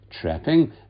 trapping